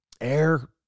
air